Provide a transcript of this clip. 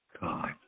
God